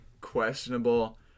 questionable